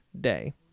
Day